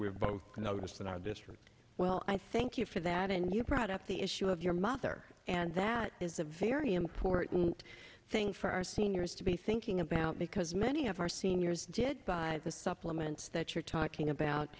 have both noticed in our district well i thank you for that and you brought up the issue of your mother and that is a very important thing for our seniors to be thinking about because many of our seniors did buy the supplements that you're talking about